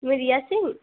তুমি রিয়া সিং